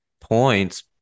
points